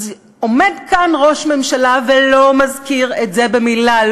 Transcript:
עומד כאן ראש הממשלה ולא מזכיר את זה במילה.